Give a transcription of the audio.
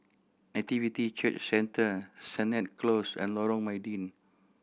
Nativity Church Centre Sennett Close and Lorong Mydin